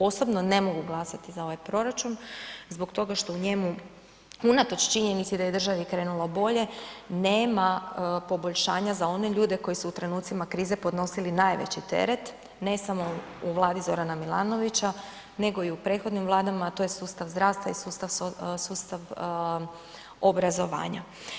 Osobno ne mogu glasati za ovaj proračun zbog toga što u njemu unatoč činjenici da je državi krenulo bolje nema poboljšanja za one ljude koji su u trenutcima krize podnosili najveći teret, ne samo u vladi Zorana Milanovića, nego i u prethodnim vladama, a to je sustav zdravstva i sustav obrazovanja.